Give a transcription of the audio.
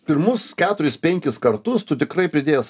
pirmus keturis penkis kartus tu tikrai pridėjęs